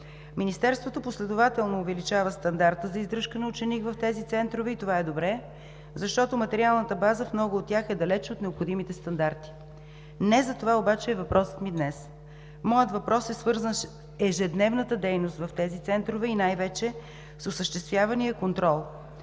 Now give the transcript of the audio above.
Министерството последователно увеличава стандарта за издръжка на ученик в тези центрове и това е добре, защото материалната база в много от тях е далеч от необходимите стандарти. Не за това обаче е въпросът ми днес. Моят въпрос е свързан с ежедневната дейност в тези центрове и най-вече с осъществявания контрол.